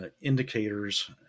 indicators